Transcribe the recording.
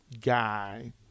guy